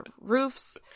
roofs